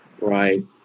right